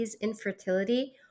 infertility